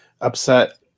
upset